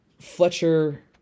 Fletcher